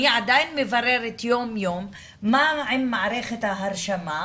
אני עדיין מבררת יום יום מה עם מערכת ההרשמה,